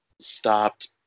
stopped